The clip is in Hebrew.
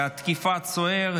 תקיפת סוהר),